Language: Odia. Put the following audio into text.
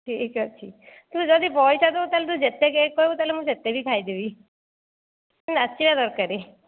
ଠିକ୍ ଅଛି ତୁ ଯଦି ପଇସା ଦେବୁ ତୁ ତା'ହେଲେ ଯେତେ କେକ୍ କହିବୁ ତା'ହେଲେ ମୁଁ ସେତେ ବି ଖାଇଦେବି ତୁ ନାଚିବା ଦରକାର